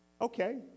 Okay